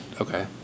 Okay